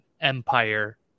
Empire